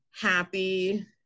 happy